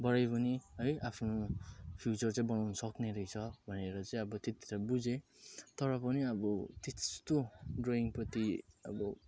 पढाइ पनि है आफ्नो फ्युचर चाहिँ बनाउनु सकिने रहेछ भनेर चाहिँ अब त्यति त बुझेँ तर पनि अब त्यस्तो ड्रइङप्रति अब